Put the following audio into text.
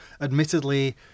Admittedly